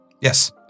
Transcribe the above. Yes